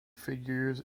figures